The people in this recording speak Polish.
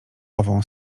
ową